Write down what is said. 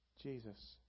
Jesus